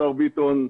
השר ביטון,